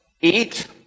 eat